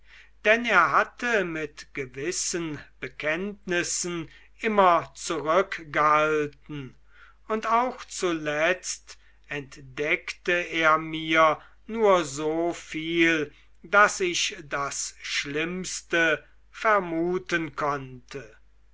denn er hatte mit gewissen bekenntnissen immer zurückgehalten und auch zuletzt entdeckte er mir nur so viel daß ich das schlimmste vermuten konnte